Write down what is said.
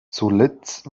zuletzt